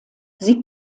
sie